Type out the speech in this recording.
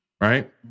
right